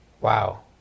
Wow